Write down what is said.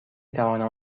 توانم